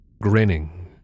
grinning